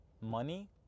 money